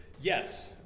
Yes